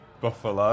Buffalo